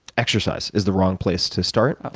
exercise is the wrong place to start. ah